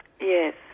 Yes